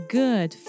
good